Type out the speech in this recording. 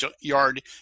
yard